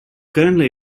currently